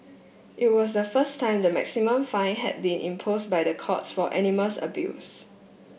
it was the first time the maximum fine had been imposed by the courts for animas abuse